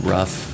Rough